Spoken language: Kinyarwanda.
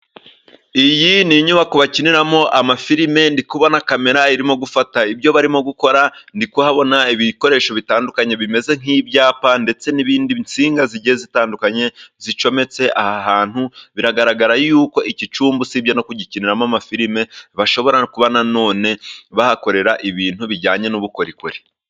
Iyi ni inyubako bakiniramo amafilime ndi kubona kamera irimo gufata ibyo barimo gukora, ndi kuhabona ibikoresho bitandukanye bimeze nk'ibyapa ndetse n'ibindi insinga zigiye zitandukanye zicometse aha hantu. Biragaragara yuko iki cyumba usibye no kugikiniramo amafilime bashobora kuba nanone, bahakorera ibintu bijyanye n'ubukorikori.